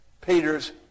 Peter's